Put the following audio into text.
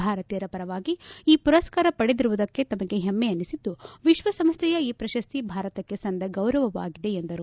ಭಾರತೀಯರ ಪರವಾಗಿ ಈ ಪುರಸ್ಕಾರ ಪಡೆದಿರುವುದಕ್ಕೆ ತಮಗೆ ಹೆಮ್ಮೆ ಎನಿಸಿದ್ದು ವಿಶಸಂಸ್ಥೆಯ ಈ ಶ್ರಶಸ್ತಿ ಭಾರತಕ್ಕೆ ಸಂದ ಗೌರವವಾಗಿದೆ ಎಂದರು